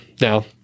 Now